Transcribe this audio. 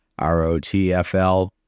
ROTFL